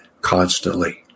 constantly